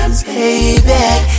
baby